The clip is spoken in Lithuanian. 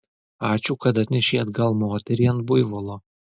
ačiū kad atnešei atgal moterį ant buivolo